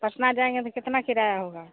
पटना जाएँगे तो कितना किराया होगा